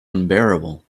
unbearable